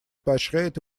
поощряет